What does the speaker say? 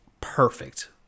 perfect